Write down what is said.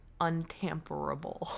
untamperable